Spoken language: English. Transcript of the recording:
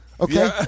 okay